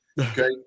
Okay